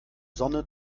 sonne